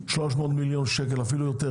380 מיליון ₪,